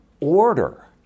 order